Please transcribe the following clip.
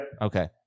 Okay